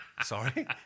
Sorry